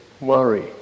worry